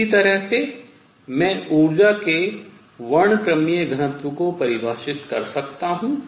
इसी तरह से मैं ऊर्जा के वर्णक्रमीय घनत्व को परिभाषित कर सकता हूँ